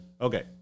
Okay